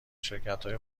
شرکتهای